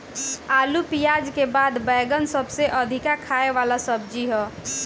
आलू पियाज के बाद बैगन सबसे अधिका खाए वाला सब्जी हअ